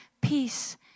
peace